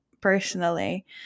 personally